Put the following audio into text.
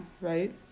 right